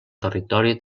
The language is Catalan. territori